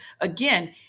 again